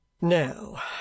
Now